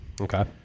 Okay